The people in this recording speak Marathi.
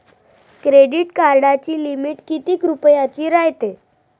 क्रेडिट कार्डाची लिमिट कितीक रुपयाची रायते?